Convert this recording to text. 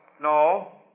no